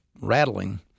rattling